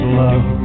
love